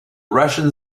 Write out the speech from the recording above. russian